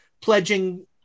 pledging